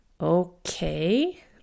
Okay